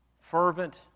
fervent